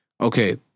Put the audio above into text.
Okay